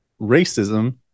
racism